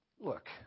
Look